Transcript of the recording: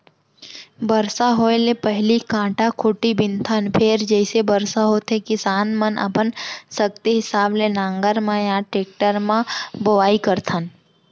बरसा होए ले पहिली कांटा खूंटी बिनथन फेर जइसे बरसा होथे किसान मनअपन सक्ति हिसाब ले नांगर म या टेक्टर म बोआइ करथन